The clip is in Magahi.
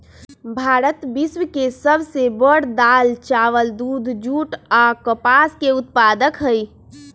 भारत विश्व के सब से बड़ दाल, चावल, दूध, जुट आ कपास के उत्पादक हई